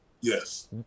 Yes